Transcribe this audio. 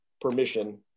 permission